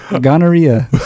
Gonorrhea